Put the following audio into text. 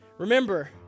Remember